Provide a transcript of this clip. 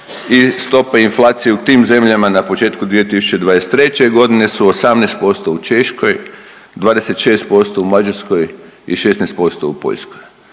stope inflacije u tim zemljama na početku 2023. g. su 18% u Češkoj, 26% u Mađarskoj i 16% u Poljskoj.